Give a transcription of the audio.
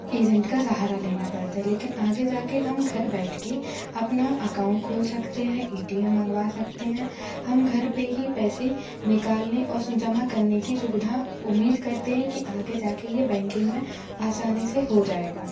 agent का सहारा लेना पड़ता है लेकिन आगे जाके हम घर बैठ के अपना अकाउंट खोल सकते हैं ए टी एम मंगवा सकते हैं हम घर पे ही पैसे निकालने और जमा करने की सुविधा उम्मीद करते हैं कि आगे जाके ये बैंकिंग में आसानी से हो जाएगा